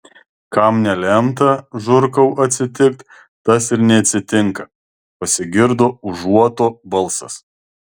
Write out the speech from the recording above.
kam nelemta žurkau atsitikt tas ir neatsitinka pasigirdo užuoto balsas